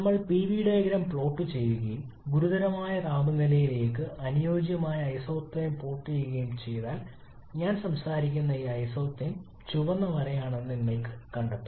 നമ്മൾ PV diagram plot ചെയ്യുകയും ഗുരുതരമായ താപനിലയ്ക്ക് അനുയോജ്യമായ ഐസോതെർം പ്ലോട്ട് ചെയ്യുകയും ചെയ്താൽ ഞാൻ സംസാരിക്കുന്ന ഈ ഐസോതെർം ചുവന്ന വരയാണെന്ന് നിങ്ങൾ കണ്ടെത്തും